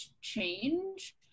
change